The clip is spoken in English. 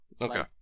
okay